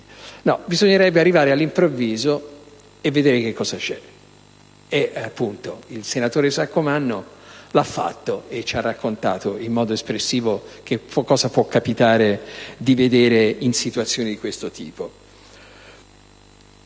bisognerebbe arrivare all'improvviso e vedere cosa c'è. Il senatore Saccomanno l'ha fatto e ha raccontato in modo espressivo cosa può capitare di vedere in situazioni del genere.